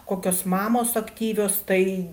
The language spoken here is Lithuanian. kokios mamos aktyvios tai